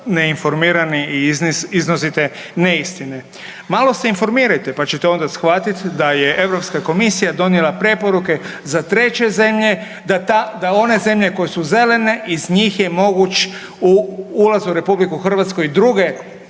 neinformirani i iznosite neistine. Malo se informirajte pa ćete onda shvatiti da je Europska komisija donijela preporuke za treće zemlje, da one zemlje koje su zelene iz njih je moguć ulaz u Republiku Hrvatsku i druge